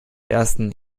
ersten